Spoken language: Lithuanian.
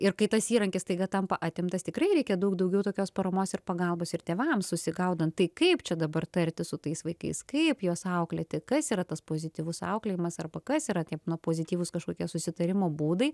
ir kai tas įrankis staiga tampa atimtas tikrai reikia daug daugiau tokios paramos ir pagalbos ir tėvams susigaudant tai kaip čia dabar tartis su tais vaikais kaip juos auklėti kas yra tas pozityvus auklėjimas arba kas yra taip na pozityvūs kažkokie susitarimo būdai